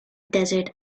desert